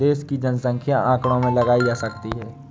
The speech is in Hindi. देश की जनसंख्या आंकड़ों से लगाई जा सकती है